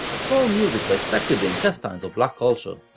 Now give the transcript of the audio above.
soul music dissected the intestines of black culture,